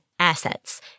Assets